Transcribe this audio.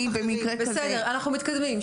בסדר, אנחנו מתקדמים.